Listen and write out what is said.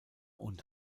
und